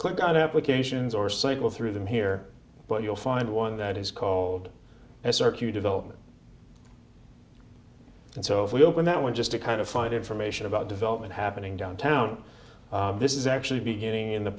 click on applications or cycle through them here but you'll find one that is cold and circular development and so if we open that one just to kind of find information about development happening downtown this is actually beginning in the